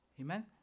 Amen